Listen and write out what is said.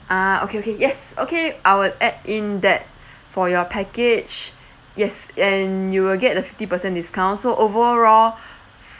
ah okay okay yes okay I will add in that for your package yes and you will get a fifty percent discount so overall